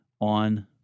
on